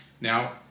Now